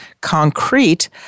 concrete